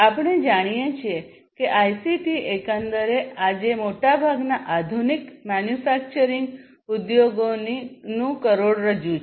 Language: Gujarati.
આપણે જાણીએ છીએ કે આઇસીટી એકંદરે આજે મોટાભાગના આધુનિક મેન્યુફેક્ચરીંગ ઉદ્યોગોની કરોડરજ્જુ છે